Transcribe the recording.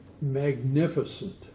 magnificent